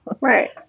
Right